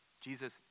Jesus